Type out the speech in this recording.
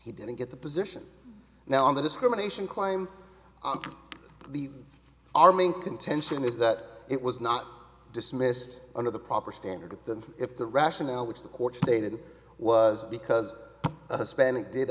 he didn't get the position now on the discrimination climb our main contention is that it was not dismissed under the proper standard than if the rationale which the court stated was because a span it did